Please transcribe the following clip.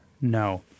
No